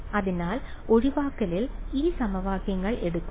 അതിനാൽ ഒഴിവാക്കലിൽ ആ രണ്ട് സമവാക്യങ്ങൾ എടുക്കുക